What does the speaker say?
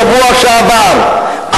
בשבוע שעבר,